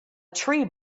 tree